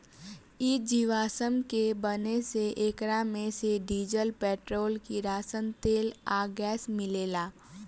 इ जीवाश्म के बने से एकरा मे से डीजल, पेट्रोल, किरासन तेल आ गैस मिलेला